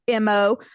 MO